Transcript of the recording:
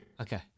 Okay